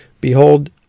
Behold